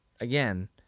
again